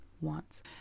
wants